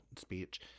speech